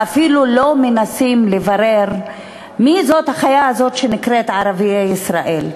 ואפילו לא מנסים לברר מי זו החיה הזו שנקראת "ערביי ישראל".